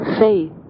Faith